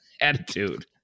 attitude